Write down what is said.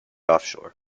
offshore